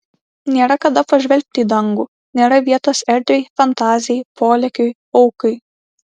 nėra kada pažvelgti į dangų nėra vietos erdvei fantazijai polėkiui aukai